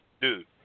Dude